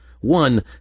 One